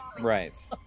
right